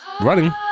Running